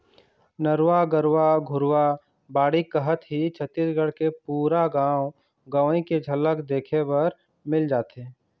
नरूवा, गरूवा, घुरूवा, बाड़ी कहत ही छत्तीसगढ़ के पुरा गाँव गंवई के झलक देखे बर मिल जाथे